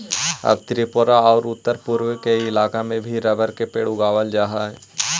अब त्रिपुरा औउर उत्तरपूर्व के इलाका में भी रबर के पेड़ उगावल जा हई